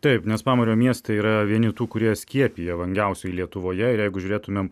taip nes pamario miestai yra vieni tų kurie skiepija vangiausiai lietuvoje ir jeigu žiūrėtumėm